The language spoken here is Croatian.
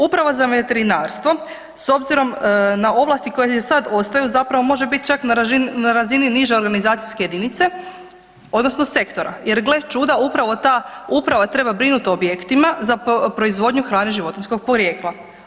Upravo za veterinarstvo s obzirom na ovlasti koje sad ostaju, zapravo može bit čak na razini niže organizacijske jedinice odnosno sektora, jer gle čuda, upravo ta uprava treba brinuti o objektima za proizvodnju hrane životinjskog porijekla.